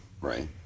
Right